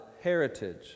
heritage